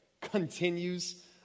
continues